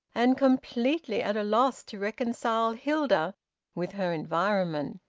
and completely at a loss to reconcile hilda with her environment.